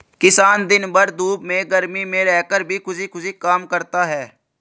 किसान दिन भर धूप में गर्मी में रहकर भी खुशी खुशी काम करता है